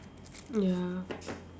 ya